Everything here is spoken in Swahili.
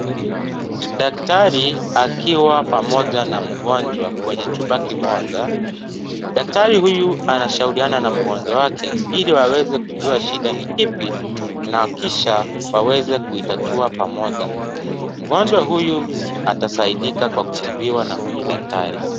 Daktari akiwa pamoja na mgonjwa kwenye chumba kimoja . Daktari huyu anashauliana na mgonjwa wake ili waweze kujua shida ni ipi na kisha waweze kuitatua pamoja . Mgonjwa huyu atasaidika kwa kutibiwa na huyu daktari.